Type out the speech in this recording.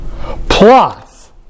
plus